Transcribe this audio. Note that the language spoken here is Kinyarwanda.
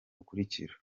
bukurikira